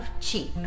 cheap